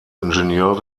ingenieur